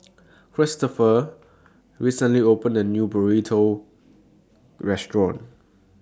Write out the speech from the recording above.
Kristopher recently opened A New Burrito Restaurant